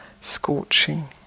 scorching